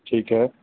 ਠੀਕ ਹੈ